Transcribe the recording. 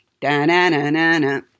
Da-na-na-na-na